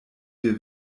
wir